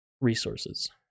resources